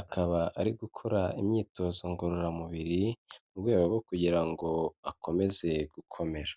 akaba ari gukora imyitozo ngororamubiri, mu rwego rwo kugira ngo akomeze gukomera.